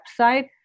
website